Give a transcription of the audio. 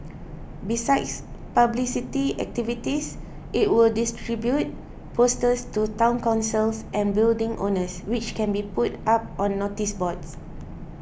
besides publicity activities it will distribute posters to Town Councils and building owners which can be put up on noticeboards